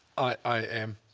i am.